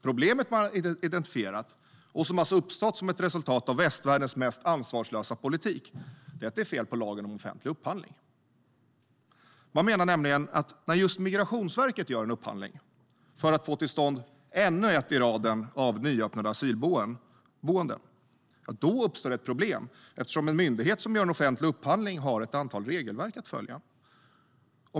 Problemet som man har identifierat, och som alltså har uppstått som ett resultat av västvärldens mest ansvarslösa politik, är att det är fel på lagen om offentlig upphandling. Man menar nämligen att när just Migrationsverket gör en upphandling, för att få till stånd ännu ett i raden av nyöppnade asylboenden, uppstår ett problem eftersom en myndighet som gör en offentlig upphandling har ett antal regelverk att följa.